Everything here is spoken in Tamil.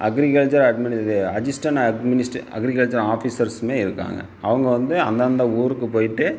agriculture administrative assistant administrative agriculture ஆஃபீஸர்ஸுமே இருக்காங்க அவங்க வந்து அந்தந்த ஊருக்கு போய்விட்டு